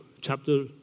chapter